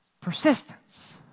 persistence